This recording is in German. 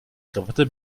krawatte